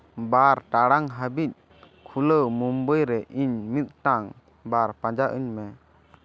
ᱵᱟᱨ ᱴᱟᱲᱟᱝ ᱦᱟᱹᱵᱤᱡ ᱠᱷᱩᱞᱟᱹᱣ ᱢᱩᱢᱵᱟᱭ ᱨᱮ ᱤᱧ ᱢᱤᱫᱴᱟᱝ ᱵᱟᱨ ᱯᱟᱸᱡᱟ ᱟᱹᱧ ᱢᱮ